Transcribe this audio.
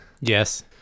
Yes